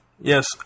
Yes